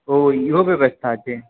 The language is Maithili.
ओ इहो व्यवस्था छै